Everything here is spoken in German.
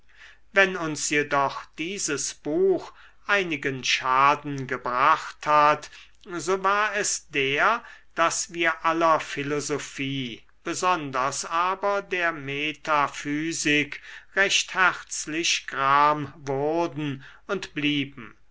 wenn uns jedoch dieses buch einigen schaden gebracht hat so war es der daß wir aller philosophie besonders aber der metaphysik recht herzlich gram wurden und